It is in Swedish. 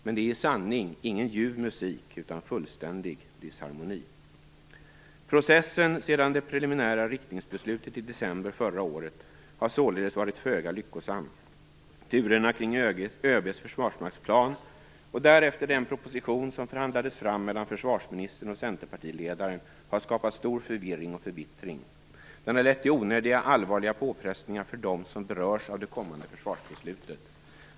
Men det är i sanning ingen ljuv musik utan fullständig disharmoni! Processen sedan det preliminära riktningsbeslutet i december förra året har således varit föga lyckosam. Turerna kring först ÖB:s försvarsmaktsplan och därefter den proposition som förhandlats fram mellan försvarsministern och centerpartiledaren har skapat stor förvirring och förbittring. Den har lett till onödigt allvarliga påfrestningar för dem som berörs av det kommande försvarsbeslutet.